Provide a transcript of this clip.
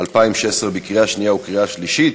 התשע"ו 2016, לקריאה שנייה וקריאה שלישית.